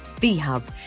VHUB